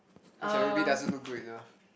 cause Ruby doesn't look great enough